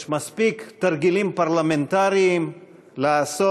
יש מספיק תרגילים פרלמנטריים לעשות,